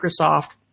Microsoft